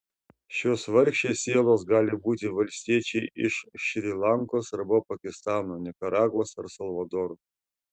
šios vargšės sielos gali būti valstiečiai iš šri lankos arba pakistano nikaragvos ar salvadoro